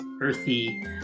earthy